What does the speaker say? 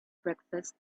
breakfast